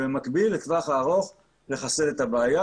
ובמקביל לטווח הארוך לחסל את הבעיה,